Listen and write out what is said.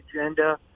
agenda